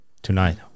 Tonight